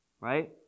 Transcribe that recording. right